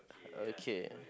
okay